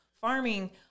farming